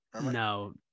No